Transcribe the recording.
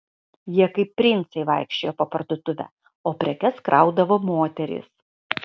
jie kaip princai vaikščiojo po parduotuvę o prekes kraudavo moterys